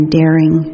daring